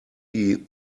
die